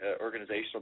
organizational